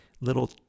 little